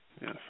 Yes